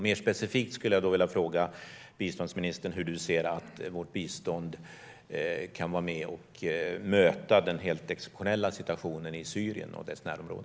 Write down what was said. Mer specifikt skulle jag vilja fråga biståndsministern hur hon ser att vårt bistånd kan vara med och möta den helt exceptionella situationen i Syrien och dess närområde.